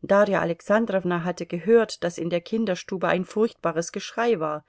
darja alexandrowna hatte gehört daß in der kinderstube ein furchtbares geschrei war